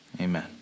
Amen